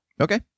Okay